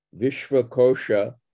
Vishvakosha